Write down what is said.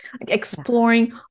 exploring